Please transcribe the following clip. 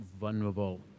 vulnerable